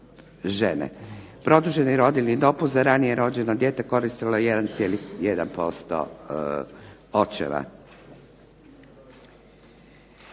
Produženi rodiljni dopust za ranije rođeno dijete koristilo je 1,1% očeva.